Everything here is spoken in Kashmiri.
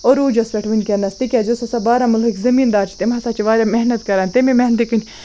عروٗجَس پٮ۪ٹھ وٕنۍکٮ۪نَس تِکیٛازِ یُس ہَسا بارہمُلہٕکۍ زٔمیٖندار چھِ تِم ہَسا چھِ واریاہ محنت کَران تَمہِ محنتہٕ کِنۍ